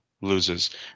loses